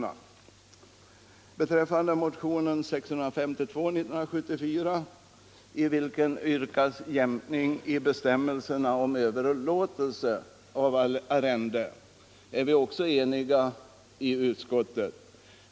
Också beträffande motionen 1974:652, i vilken yrkas jämkning i bestämmelserna om överlåtelse av arrende, har enighet nåtts i utskottet.